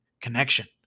connection